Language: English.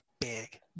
big